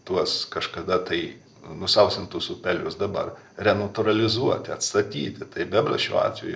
tuos kažkada tai nusausintus upelius dabar renatūralizuoti atstatyti tai bebras šiuo atveju